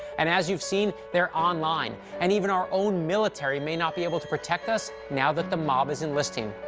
and, as you've seen, they're online. and even our own military may not be able to protect us now that the mob is enlisting.